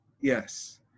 Yes